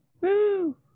Woo